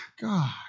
God